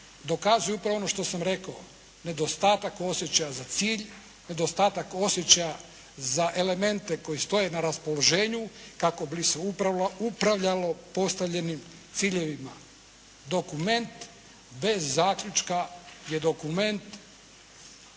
dokazuje upravo ono što sam rekao nedostatak osjećaja za cilj, nedostatak osjećaja za elemente koji stoje na raspoloženju kako bi se upravljalo postavljenim ciljevima. Dokument bez zaključka je dokument